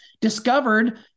discovered